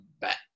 bet